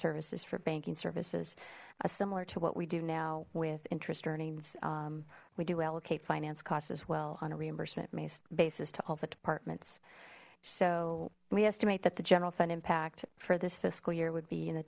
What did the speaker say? services for banking services similar to what we do now with interest earnings we do allocate finance costs as well on a reimbursement based basis to all the departments so we estimate that the general fund impact for this fiscal year would be in